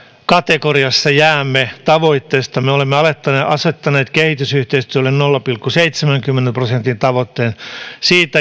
kategoriassa jäämme tavoitteistamme me olemme asettaneet kehitysyhteistyölle nolla pilkku seitsemän prosentin tavoitteen siitä